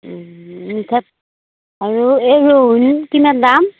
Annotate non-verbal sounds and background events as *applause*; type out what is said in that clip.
মিঠা আৰু এই *unintelligible* কিমান দাম